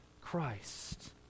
Christ